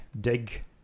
dig